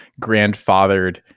grandfathered